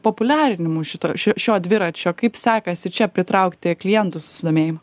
populiarinimu šito ši šio dviračio kaip sekasi čia pritraukti klientų susidomėjimą